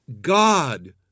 God